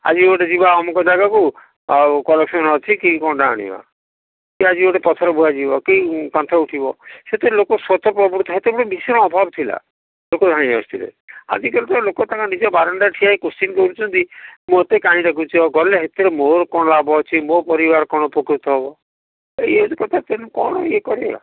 ଆଜି ଗୋଟେ ଯିବା ଅମକ ଜାଗାକୁ ଆଉ କଲେକ୍ସନ୍ ଅଛି କି କ'ଣଟା ଆଣିବା ହେ ଆଜି ଗୋଟେ ପଥର ବୁହା ଯିବ କି କାନ୍ଥ ଉଠିବ ସେଥିରେ ଲୋକ ସ୍ଵତଃପ୍ରବୁତ ଆସୁଥିଲେ ବିଷୟ ଥିଲା ସବୁ ବାହାରି ଆସୁଥିଲେ ଆଜିକାଲି ତ ଲୋକ କାହାନ୍ତି ତାଙ୍କ ନିଜ ବାରଣ୍ଡାରେ ଠିଆ ହେଇକି କୋଶ୍ଚିନ୍ କରୁଛନ୍ତି ମୋତେ କାହିଁ ଡାକୁଛ ଗଲେ ଏଥିରେ ମୋର କ'ଣ ଲାଭ ଅଛି ମୋର ପରିବାର କ'ଣ ଉପକୃତ ହବ ଇଏ ଇଏ କ'ଣ କରିବା